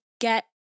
get